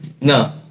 No